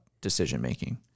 decision-making